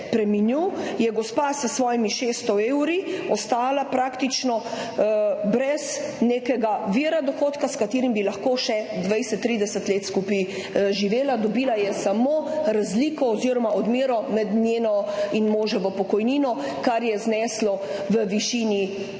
je gospa s svojimi 600 evri ostala praktično brez nekega vira dohodka, s katerim bi lahko še 20, 30 let skupaj živela. Dobila je samo razliko oziroma odmero med njeno in moževo pokojnino, kar je zneslo 45